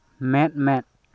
ᱢᱮᱫ ᱢᱮᱫ